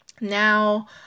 now